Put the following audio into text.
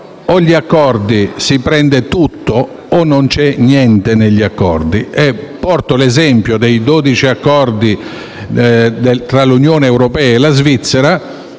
negli accordi si prende tutto o non c'è niente negli accordi. Porto l'esempio dei dodici accordi tra l'Unione europea e la Svizzera: